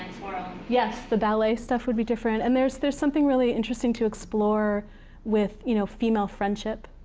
yes. the ballet stuff would be different. and there's there's something really interesting to explore with you know female friendship,